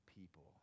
people